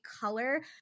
color